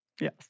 Yes